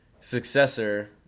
successor